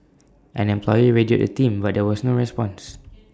an employee radioed the team but there was no response